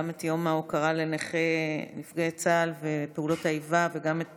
גם את יום ההוקרה לנפגעי צה"ל ופעולות האיבה וגם את